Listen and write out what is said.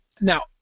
Now